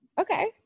Okay